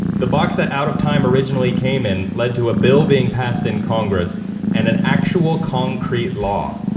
the box that out of time originally came in led to a bill being passed in congress and an actual concrete law.